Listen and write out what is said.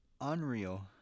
Unreal